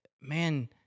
man